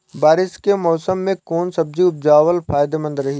बारिश के मौषम मे कौन सब्जी उपजावल फायदेमंद रही?